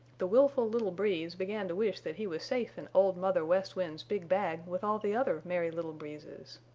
the willful little breeze began to wish that he was safe in old mother west wind's big bag with all the other merry little breezes.